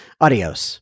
Adios